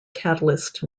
catalyst